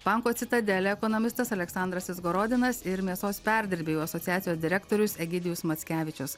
banko citadele ekonomistas aleksandras izgorodinas ir mėsos perdirbėjų asociacijos direktorius egidijus mackevičius